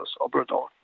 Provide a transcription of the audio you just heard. Obrador